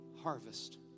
harvest